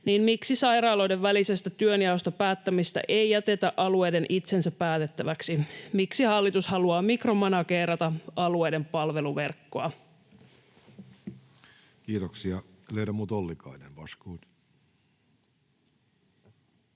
niin miksi sairaaloiden välisestä työnjaosta päättämistä ei jätetä alueiden itsensä päätettäväksi. Miksi hallitus haluaa mikromanageerata alueiden palveluverkkoa? [Speech 429] Speaker: